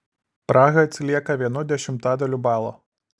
praha atsilieka vienu dešimtadaliu balo